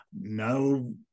no